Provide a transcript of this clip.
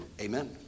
Amen